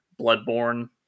Bloodborne